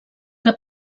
que